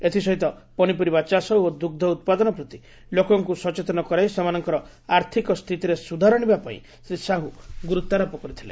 ଏଥିସହିତ ପନିପରିବା ଚାଷ ଓ ଦୁଗ୍ଗ ଉପାଦନ ପ୍ରତି ଲୋକଙ୍କୁ ସଚେତନ କରାଇ ସେମାନଙ୍କର ଆର୍ଥିକ ସ୍ଛିତିରେ ସୁଧାର ଆଶିବା ପାଇଁ ଶ୍ରୀ ସାହୁ ଗୁରୁତ୍ୱାରୋପ କରିଥିଲେ